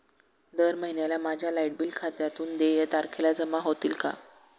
दर महिन्याला माझ्या लाइट बिल खात्यातून देय तारखेला जमा होतील का?